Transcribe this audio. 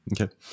Okay